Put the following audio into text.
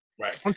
Right